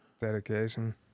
dedication